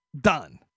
Done